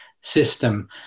system